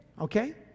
okay